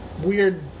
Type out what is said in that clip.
weird